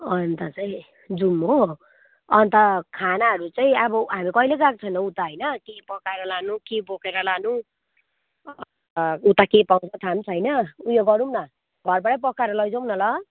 अन्त चाहिँ जाउँ हो अन्त खानाहरू चाहिँ अब हामी कहिले गएको छैन उता होइन के पकाएर लानु के बाकेर लानु अन्त उता के पाउँछ थाह पनि छैन उयो गरौँ न घरबाटै पकाएर लैजाउँ न ल